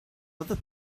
other